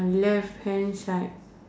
left hand side